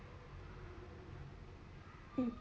um